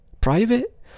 Private